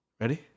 ready